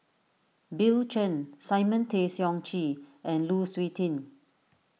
Bill Chen Simon Tay Seong Chee and Lu Suitin